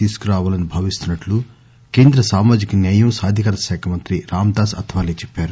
తీసుకురావాలని భావిస్తున్సట్లు కేంద్ర సామాజిక న్యాయం సాధికారత శాఖ మంత్రి రామదాస్ అథవాలే చెప్పారు